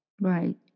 Right